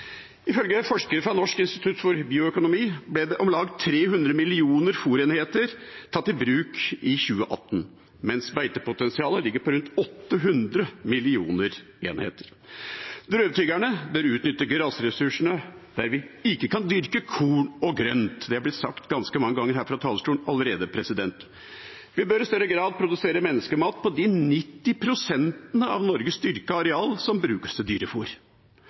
Ifølge forskere fra Norsk institutt for bioøkonomi ble om lag 300 millioner fôrenheter tatt i bruk i 2018, mens beitepotensialet ligger på rundt 800 millioner enheter. Drøvtyggerne bør utnytte grasressursene der vi ikke kan dyrke korn og grønt. Det er blitt sagt ganske mange ganger her fra talerstolen allerede. Vi bør i større grad produsere menneskemat på de 90 pst. av Norges dyrka areal som brukes til